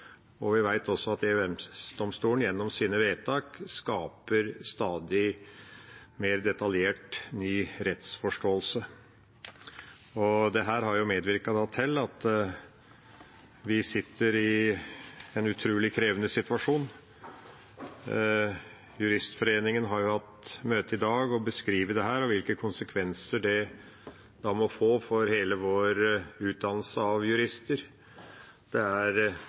og vi vet også at EØS-domstolen gjennom sine vedtak skaper en stadig mer detaljert ny rettsforståelse. Dette har medvirket til at vi er i en utrolig krevende situasjon. Juristforeningen har hatt møte i dag og beskrevet dette og hvilke konsekvenser det må få for hele vår utdannelse av jurister. Det er